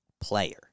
player